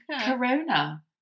Corona